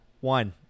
One